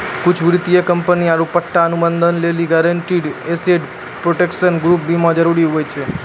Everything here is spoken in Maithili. कुछु वित्तीय कंपनी आरु पट्टा अनुबंधो लेली गारंटीड एसेट प्रोटेक्शन गैप बीमा जरुरी होय छै